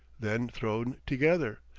then thrown together.